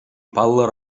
паллӑ